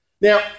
Now